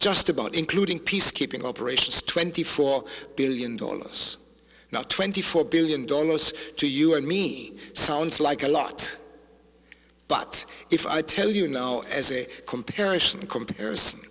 just about including peacekeeping operations twenty four billion dollars not twenty four billion dollars to you and me sounds like a lot but if i tell you no as a comparison in comparison